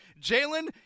Jalen